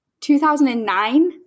2009